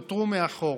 נותרו מאחור,